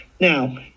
Now